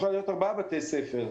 מארבעה בתי-ספר.